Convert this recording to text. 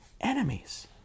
enemies